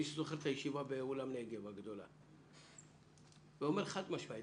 מי שזוכר את הישיבה הגדולה באולם נגב ואומר חד משמעית